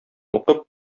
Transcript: укып